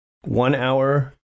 one-hour